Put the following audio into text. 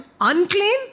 unclean